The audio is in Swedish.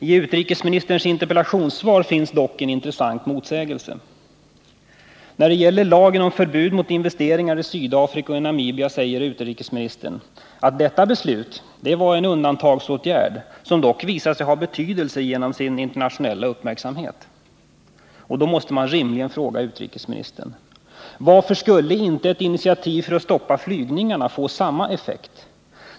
I utrikesministerns interpellationssvar finns dock en intressant motsägelse: När det gäller lagen om förbud mot investeringar i Sydafrika och Namibia säger utrikesministern att detta beslut var en undantagsåtgärd som dock visat sig ha betydelse genom sin internationella uppmärksamhet. Då måste man rimligen fråga utrikesministern: Varför skulle inte ett initiativ för att stoppa flygningarna få samma effekt?